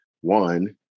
one